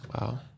wow